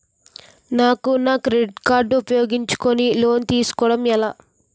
నాకు నా credit card ఉపయోగించుకుని లోన్ తిస్కోడం ఎలా?